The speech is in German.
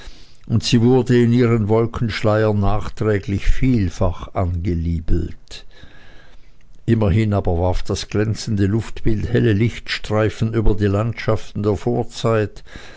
und sie wurde in ihren wolkenschleiern nachträglich vielfach angeliebelt immerhin aber warf das glänzende luftbild helle lichtstreifen über die landschaften der vorzeit